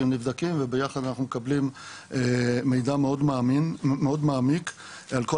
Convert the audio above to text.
נבדקים וביחד אנחנו מקבלים מידע מאוד מעמיק על כל